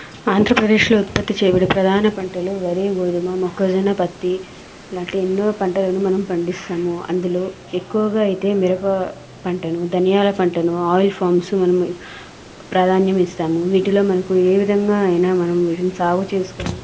ఆంధ్రప్రదేశ్లో ఉత్పత్తి చేయబడే ప్రధాన పంటలు వరి గోధుమలు మొక్కజొన్న పత్తి ఇలాంటి ఎన్నో పంటలను మనం పండిస్తాము అందులో ఎక్కువగా అయితే మిరప పంటను ధనియాల పంటను ఆయిల్ ఫార్మ్స్ మనము ప్రాధాన్యం ఇస్తాము వీటిలో మనకు ఏవిధంగా అయినా మనం వీటిని సాగు చేసుకొని